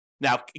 Now